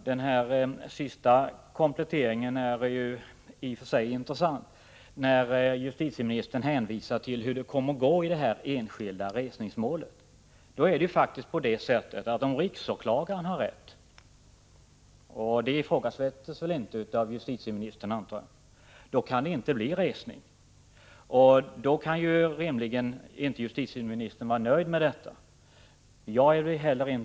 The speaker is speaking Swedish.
Herr talman! Den sista kompletteringen var intressant. Justitieministern hänvisade där till hur det kommer att gå i det enskilda resningsmålet. Det innebär, att om riksåklagaren har rätt — och det ifrågasätts inte av justitieministern, antar jag — kan det inte bli någon resning. Det kan justitieministern rimligen inte vara nöjd med. Det är inte heller jag.